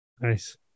Nice